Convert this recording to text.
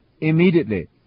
immediately